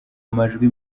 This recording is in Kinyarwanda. amajwi